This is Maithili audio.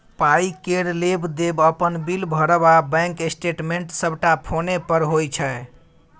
पाइ केर लेब देब, अपन बिल भरब आ बैंक स्टेटमेंट सबटा फोने पर होइ छै